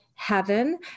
heaven